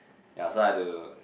yea so I had to